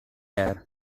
air